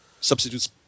substitute's